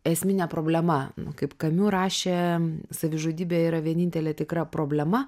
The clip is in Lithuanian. esminė problema kaip kamiu rašė savižudybė yra vienintelė tikra problema